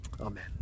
Amen